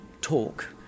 talk